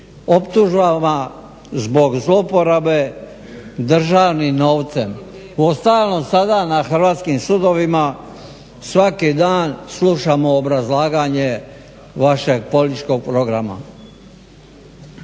optužbama zbog zlouporabe državnim novcem. Uostalom, sada na hrvatskim sudovima svaki dan slušamo obrazlaganje vašeg političkog programa.